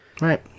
right